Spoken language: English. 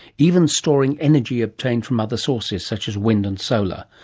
even storying energy obtained from other sources such as wind and solar.